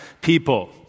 people